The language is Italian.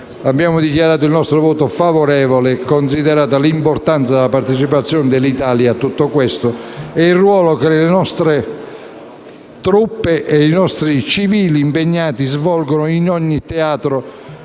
abbiamo dichiarato sempre il nostro voto favorevole, considerata l'importanza della partecipazione dell'Italia a tutto questo e il ruolo che le nostre truppe e i nostri civili impegnati svolgono in ogni teatro